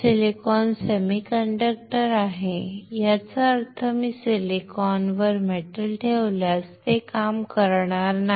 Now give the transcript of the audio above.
silicon semiconductor आहे याचा अर्थ मी सिलिकॉनवर मेटल ठेवल्यास ते काम करणार नाही